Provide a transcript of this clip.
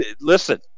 listen